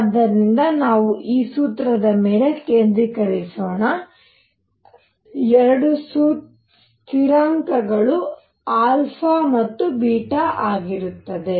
ಆದ್ದರಿಂದ ನಾವು ಈ ಸೂತ್ರದ ಮೇಲೆ ಕೇಂದ್ರೀಕರಿಸೋಣ ಎರಡು ಸ್ಥಿರಾಂಕಗಳು ಮತ್ತು ಆಗಿರುತ್ತದೆ